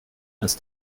ist